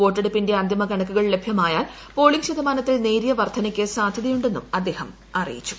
വോട്ടെടുപ്പിന്റെ അന്തിമ കണക്കുകൾ ലഭ്യമായാൽ പോളിങ് ശതമാനത്തിൽ നേരിയ വർദ്ധനയ്ക്ക് സാധ്യതയുണ്ടെന്നും അദ്ദേഹം അറിയിച്ചു